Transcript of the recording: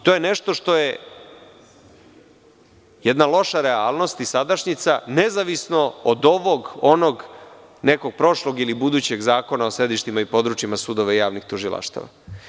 To je nešto što je jedna loša realnost i sadašnjica, nezavisno od ovog, onog, nekog prošlog ili budućeg Zakona o sedištima i područjima sudova i javnih tužilaštava.